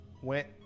Went